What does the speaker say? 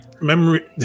memory